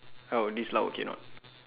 how this loud okay or not